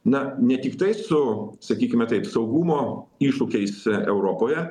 na ne tiktai su sakykime taip saugumo iššūkiais europoje